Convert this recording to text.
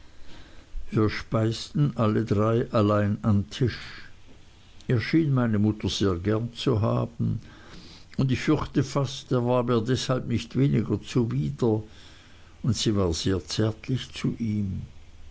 wir speisten alle drei allein am tisch er schien meine mutter sehr gern zu haben ich fürchte fast er war mir deshalb nicht weniger zuwider und sie war sehr zärtlich zu ihm